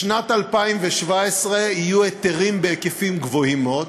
בשנת 2017 יהיו היתרים בהיקפים גדולים מאוד.